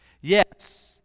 Yes